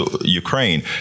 Ukraine